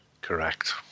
Correct